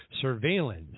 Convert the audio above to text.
surveillance